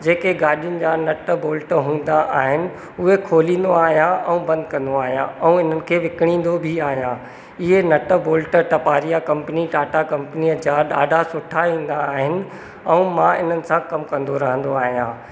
जेके गाॾीयुनि जा नट बोल्ट हूंदा आहिनि उहे खोलींदो आहियां ऐं बंदि कंदो आहियां ऐं इन्हनि खे विकिड़ींदो बि आहियां इहे nut bolt Taparia company Tata कंपनीअ जा ॾाढा सुठा इंदा आहिनि ऐं मां इन्हनि सां कमु कंदो रहंदो आहियां